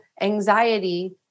anxiety